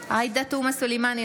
עאידה תומא סלימאן,